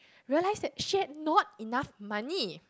realised that she had not enough money